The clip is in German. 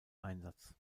einsatz